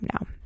now